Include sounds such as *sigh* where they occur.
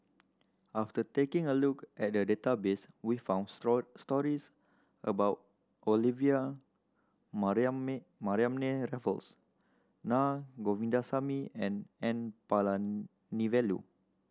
after taking a look at the database we found *unintelligible* stories about Olivia *unintelligible* Mariamne Raffles Naa Govindasamy and N Palanivelu